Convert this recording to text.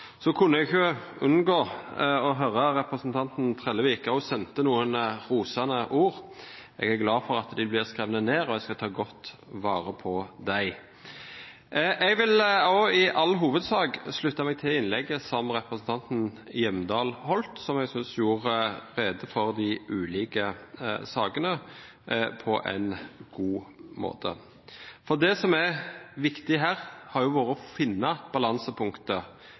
Så kunne jeg ikke unngå å høre at representanten Trellevik også sendte noen rosende ord. Jeg er glad for at de blir skrevet ned, og jeg skal ta godt vare på dem. Jeg vil også i all hovedsak slutte meg til innlegget som representanten Hjemdal holdt, som jeg synes gjorde rede for de ulike sakene på en god måte. Det som har vært viktig her, er å finne balansepunktet